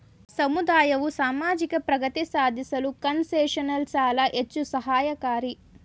ಸಮುದಾಯವು ಸಾಮಾಜಿಕ ಪ್ರಗತಿ ಸಾಧಿಸಲು ಕನ್ಸೆಷನಲ್ ಸಾಲ ಹೆಚ್ಚು ಸಹಾಯಕಾರಿ